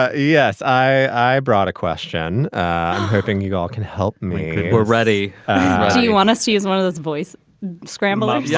ah yes i i brought a question. i'm hoping you guys can help me. we're ready you want us to use one of those voice scramble? um yeah